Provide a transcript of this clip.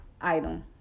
item